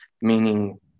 meaning